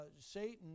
Satan